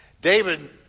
David